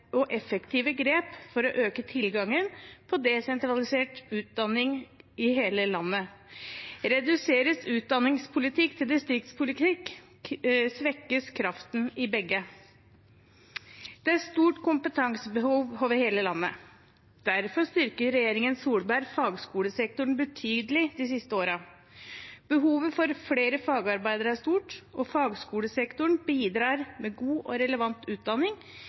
og effektive grep for å øke tilgangen på desentralisert utdanning i hele landet. Reduseres utdanningspolitikk til distriktspolitikk, svekkes kraften i begge. Det er stort kompetansebehov over hele landet. Derfor styrket regjeringen Solberg fagskolesektoren betydelig de siste årene. Behovet for flere fagarbeidere er stort, og fagskolesektoren bidrar med god og relevant utdanning